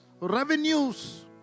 revenues